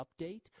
update